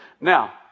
Now